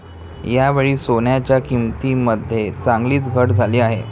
यावेळी सोन्याच्या किंमतीमध्ये चांगलीच घट झाली आहे